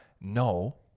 No